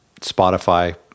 Spotify